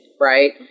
Right